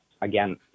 again